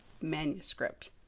manuscript